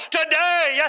today